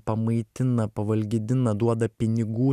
pamaitina pavalgdina duoda pinigų